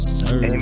sir